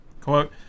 Quote